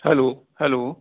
hello hello